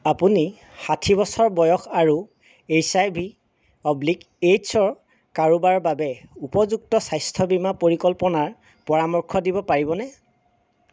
আপুনি ষাঠি বছৰ বয়স আৰু এইচ আই ভি অবলিক এইডছৰ কাৰোবাৰ বাবে উপযুক্ত স্বাস্থ্য বীমা পৰিকল্পনাৰ পৰামৰ্শ দিব পাৰিবনে